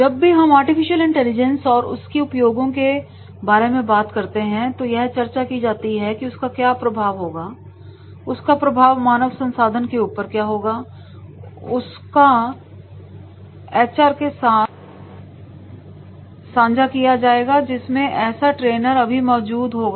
जब भी हम आर्टिफिशियल इंटेलिजेंस और उसकी उपयोगों के बारे में बात करते हैं तो यह चर्चा की जाती है कि उसका क्या प्रभाव होगा उसका प्रभाव मानव संसाधन के ऊपर क्या होगा और उसका को एचआर के साथ सांझा किया जाएगा जिसमें ऐसा ट्रेन अभी मौजूद होगा